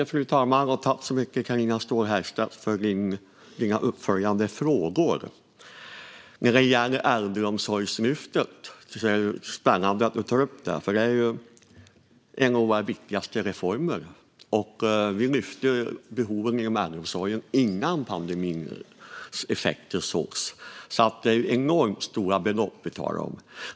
Fru talman! Tack så mycket, Carina Ståhl Herrstedt, för dina uppföljande frågor! Det är spännande att du tar upp äldreomsorgslyftet. Det är en av våra viktigaste reformer. Vi lyfte fram behoven inom äldreomsorgen innan pandemins effekter sågs. Det är enormt stora belopp vi talar om.